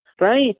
Right